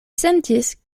sentis